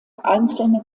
einzelne